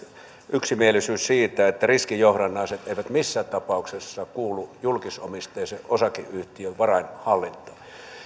yksimielisyys siitä että riskijohdannaiset eivät missään tapauksessa kuulu julkisomisteisen osakeyhtiön varainhallintaan